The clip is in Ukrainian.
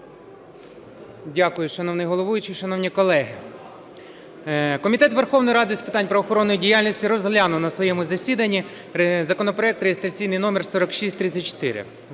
Дякую, шановний головуючий. Шановні колеги, Комітет Верховної Ради з питань правоохоронної діяльності розглянув на своєму засіданні законопроект реєстраційний номер 4634.